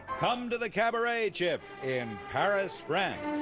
come to the cabaret, chip, in paris, france.